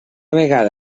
vegada